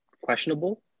questionable